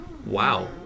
Wow